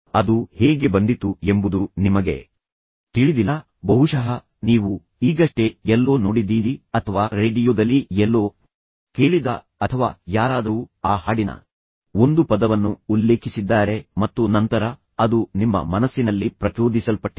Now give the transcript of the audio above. ಅದು ಹೇಗೆ ಬಂದಿತು ಎಂಬುದು ನಿಮಗೆ ತಿಳಿದಿಲ್ಲ ಬಹುಶಃ ನೀವು ಈಗಷ್ಟೇ ಎಲ್ಲೋ ನೋಡಿದ್ದೀರಿ ಅಥವಾ ರೇಡಿಯೋದಲ್ಲಿ ಎಲ್ಲೋ ಕೇಳಿದ ಅಥವಾ ಯಾರಾದರೂ ಆ ಹಾಡಿನ ಒಂದು ಪದವನ್ನು ಉಲ್ಲೇಖಿಸಿದ್ದಾರೆ ಮತ್ತು ನಂತರ ಅದು ನಿಮ್ಮ ಮನಸ್ಸಿನಲ್ಲಿ ಪ್ರಚೋದಿಸಲ್ಪಟ್ಟಿದೆ